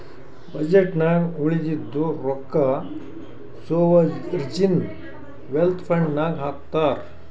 budget ನಾಗ್ ಉಳದಿದ್ದು ರೊಕ್ಕಾ ಸೋವರ್ಜೀನ್ ವೆಲ್ತ್ ಫಂಡ್ ನಾಗ್ ಹಾಕ್ತಾರ್